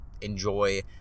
enjoy